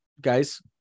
guys